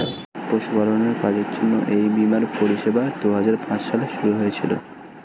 পশুপালনের কাজের জন্য এই বীমার পরিষেবা দুহাজার পাঁচ সালে শুরু হয়েছিল